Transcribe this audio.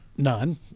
None